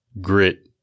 grit